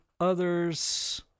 others